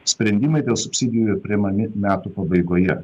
sprendimai dėl subsidijų priimami metų pabaigoje